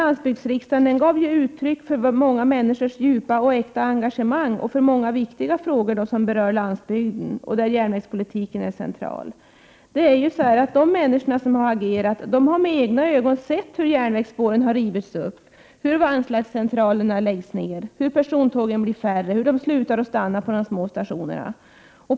Landsbygdsriksdagen var ett uttryck för många människors djupa och äkta engagemang i många viktiga frågor som berör landsbygden, och i det sammanhanget är järnvägspolitiken central. De människor som har agerat har med egna ögon sett hur järnvägsspåren rivits upp, hur vagnslastcentralerna har lagts ned, hur persontågen blivit färre och att de slutat att stanna vid de små stationerna.